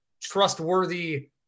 trustworthy